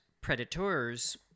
Predators